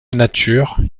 nature